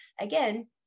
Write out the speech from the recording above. again